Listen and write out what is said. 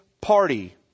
party